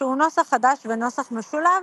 שהוא נוסח חדש ונוסח משולב